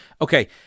Okay